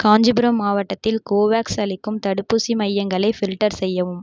காஞ்சிபுரம் மாவட்டத்தில் கோவேக்ஸ் அளிக்கும் தடுப்பூசி மையங்களை ஃபில்டர் செய்யவும்